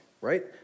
right